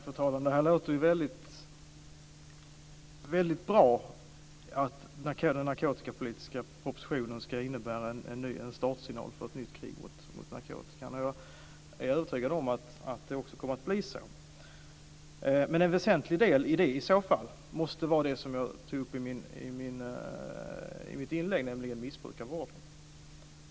Fru talman! Det låter ju väldigt bra att den narkotikapolitiska propositionen ska innebära en startsignal för ett nytt krig mot narkotikan. Jag är övertygad om att det också kommer att bli så. Men en väsentlig del i det måste i så fall vara det som jag tog upp i mitt inlägg, nämligen missbrukarvården.